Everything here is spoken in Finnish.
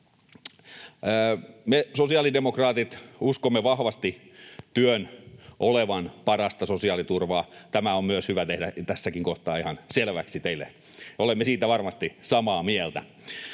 Me sosiaalidemokraatit uskomme vahvasti työn olevan parasta sosiaaliturvaa. Tämä on myös hyvä tehdä tässäkin kohtaa ihan selväksi teille. Olemme siitä varmasti samaa mieltä,